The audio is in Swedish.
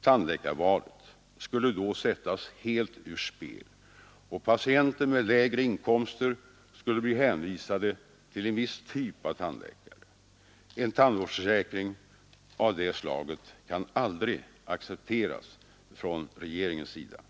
tandläkarvalet skulle då sättas helt ur spel, och patienter med lägre inkomster skulle bli hänvisade till en viss typ av tandläkare. En tandvårdsförsäkring av det slaget kan aldrig accepteras från regeringens sida.